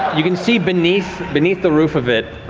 you can see beneath beneath the roof of it,